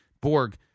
Borg